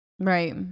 right